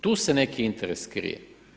Tu se neki interes krije.